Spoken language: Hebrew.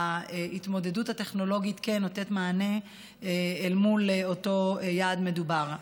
ההתמודדות הטכנולוגית כן נותנת מענה אל מול אותו יעד מדובר.